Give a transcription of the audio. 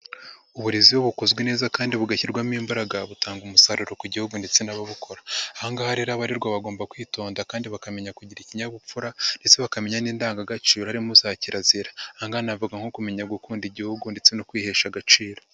Uburezi iyo bukozwe neza kandi bugashyirwamo imbaraga, butanga umusaruro ku gihugu ndetse n'ababukora. Aha ngaha rero abarerwa bagomba kwitonda kandi bakamenya kugira ikinyabupfura ndetse bakamenya n'indangagaciro, harimo za kirazira. Aha ngaha navuga nko kumenya gukunda igihugu ndetse no kwihesha agaciro.